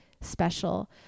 special